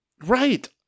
Right